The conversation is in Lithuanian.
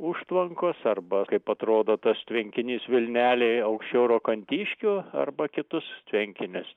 užtvankos arba kaip atrodo tas tvenkinys vilnelėj aukščiau rokantiškių arba kitus tvenkinius